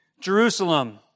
Jerusalem